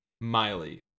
miley